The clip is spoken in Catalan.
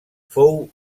fou